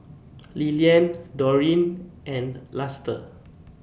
Lillian Dorene and Luster